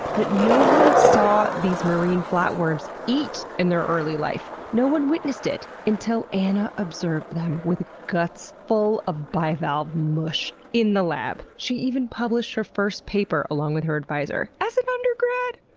but no one saw these marine flatworms eat in their early life. no one witnessed it, until anna observed them with guts full of bivalve mush in the lab. she even published her first paper along with her advisor. as an undergrad!